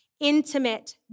intimate